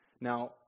Now